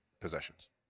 possessions